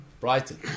Brighton